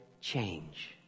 change